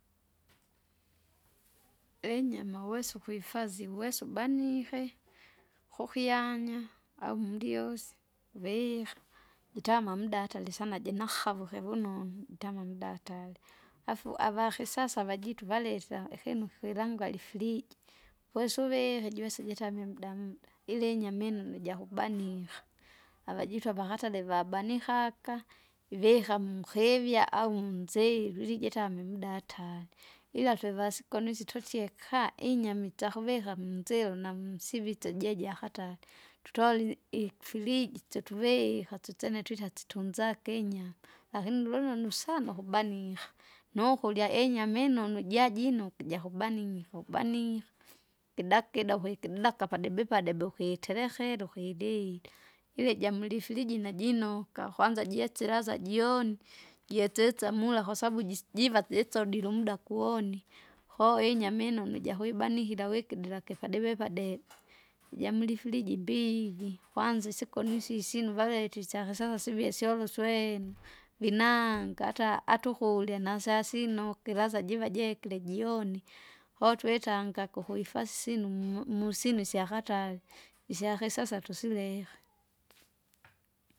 Inyama uwesa ukwifazi uwesa ubaniihe, kukyanya, au mdiosi, uvika, jitama mda atari sana jinahavo kivunonu itama mda hatari. Afu avakisasa vajitu valitsa ikinu kikwilangwari ifiriji, weso uvike juisa jitamywa mdamda ila, inyama inyama inunu jakubaniha, avajitu avakatare vabanihaka, ivika mukivya au munseluli jitame mda hatari. Ila twevasiko nisi tutie kaa! inyama itsakuvika munzilo namsivite jeje akatale, tutolili ifiriji tsotuviha tsenye twita tsitunzake inyama, lakini lonunu sana ukubaniha, nukurya inyama inonu jajinuke jakubaniha ubaniha. Kidakida wikididaka padebe padebe ukiterekera ukirirya, ile jamulifiriji najinoka, kwanza jiasile laza joni jetsisa mula kwasabu jis- jiva jisodile umuda kuwoni. Koo inyama inunu ijakuibanikira wikidira kipadebe padebe ijalimurifiriji mbivi, kwanza isiko nuisisi nuvalete isaka syosa sivie syove uswenu, vinanga ata- ataukurya nasasino kilaza jiva jekile jioni. Wotwitanga kuhuifasinu mu- mu- musini isyakatali, isyakisasa tusileha.